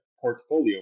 portfolio